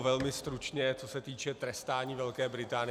Velmi stručně co se týká trestání Velké Británie.